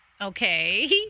Okay